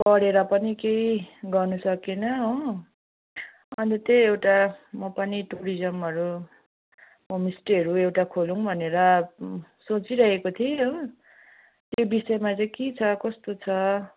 पढेर पनि केही गर्नु सकिनँ हो अन्त त्यही एउटा म पनि टुरिजमहरू होमस्टेहरू एउटा खोलौँ भनेर सोचिरहेको थिएँ हो त्यो बिषयमा चाहिँ के छ कस्तो छ